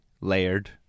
layered